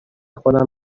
خودم